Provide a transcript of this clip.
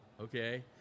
Okay